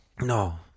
No